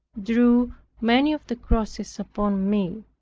drew many of the crosses upon me.